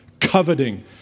coveting